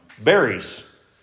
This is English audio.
berries